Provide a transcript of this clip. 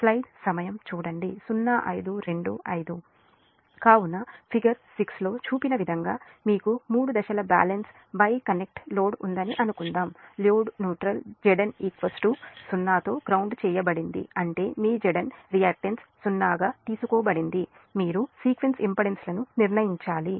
కాబట్టి ఫిగర్ 6 లో చూపిన విధంగా మీకు మూడు దశల బ్యాలెన్స్ వై కనెక్ట్ లోడ్ ఉందని అనుకుందాం లోడ్ న్యూట్రల్ Zn 0 తో గ్రౌండ్ చేయబడింది అంటే మీ Zn రియాక్ట్ న్త్ 0 గా తీసుకోబడినది మీరు సీక్వెన్స్ ఇంపెడెన్స్లను నిర్ణయించాలి